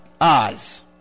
eyes